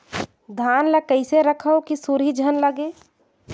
धान ल कइसे रखव कि सुरही झन लगे?